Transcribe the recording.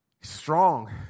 Strong